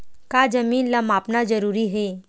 का जमीन ला मापना जरूरी हे?